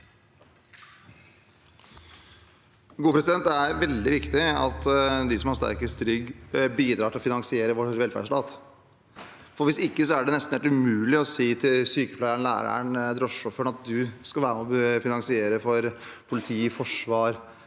Det er veldig viktig at de som har sterkest rygg, bidrar til å finansiere vår velferdsstat. Hvis ikke er det nesten helt umulig å si til sykepleieren, læreren eller drosjesjåføren at de skal være med og finansiere politi, forsvar